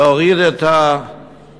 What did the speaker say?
להוריד את הגיל